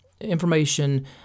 information